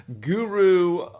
guru